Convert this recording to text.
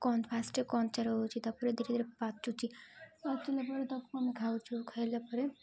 କ ଫାଷ୍ଟ କଞ୍ଚାର ହେଉଛି ତାପରେ ଧୀରେ ଧୀରେ ପାଚୁଛି ପାଚିଲା ପରେ ତାକୁ ଆମେ ଖାଉଛୁ ଖାଇଲା ପରେ